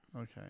Okay